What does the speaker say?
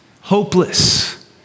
hopeless